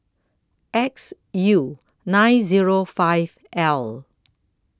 X U nine zero five L